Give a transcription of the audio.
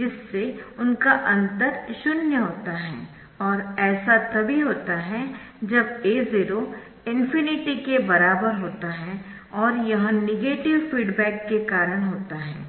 जिससे उनका अंतर शून्य होता है और ऐसा तभी होता है जब A0 ∞ के बराबर होता है और यह नेगेटिव फीडबैक के कारण होता है